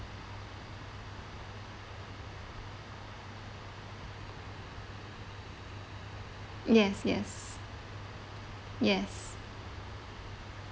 yes yes yes